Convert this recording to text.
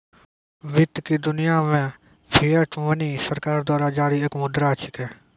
वित्त की दुनिया मे फिएट मनी सरकार द्वारा जारी एक मुद्रा छिकै